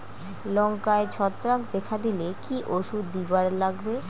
লঙ্কায় ছত্রাক দেখা দিলে কি ওষুধ দিবার লাগবে?